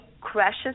crashes